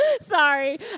Sorry